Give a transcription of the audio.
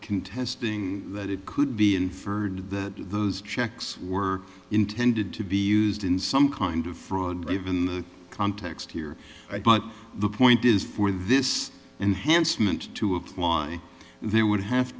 contesting that it could be inferred that those checks were intended to be used in some kind of fraud context here but the point is for this enhanced meant to apply they would have